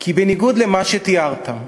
כי בניגוד למה שתיארת,